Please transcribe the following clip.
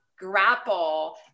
grapple